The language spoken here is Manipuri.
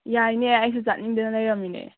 ꯌꯥꯏꯅꯦ ꯑꯩꯁꯨ ꯆꯠꯅꯤꯡꯗꯅ ꯂꯩꯔꯝꯃꯤꯅꯦ